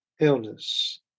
illness